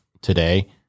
today